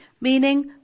meaning